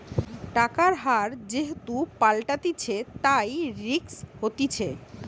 টাকার হার যেহেতু পাল্টাতিছে, তাই রিস্ক হতিছে